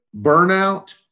burnout